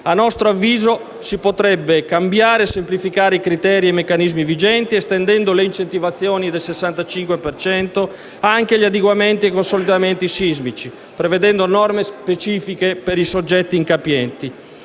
A nostro avviso, si potrebbero cambiare e semplificare i criteri e i meccanismi vigenti, estendendo le incentivazioni al 65 per cento anche agli adeguamenti e consolidamenti sismici, prevedendo norme specifiche per i soggetti incapienti.